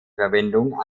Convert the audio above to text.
verwendung